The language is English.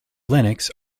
linux